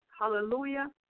hallelujah